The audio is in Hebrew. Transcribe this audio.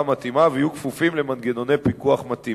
מתאימה ויהיו כפופים למנגנוני פיקוח מתאימים.